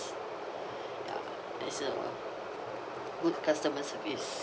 ya that's a good customer service